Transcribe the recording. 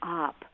up